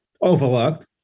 overlooked